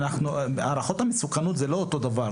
הערכות המסוכנות זה לא אותו דבר.